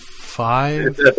Five